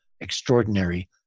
extraordinary